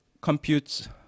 computes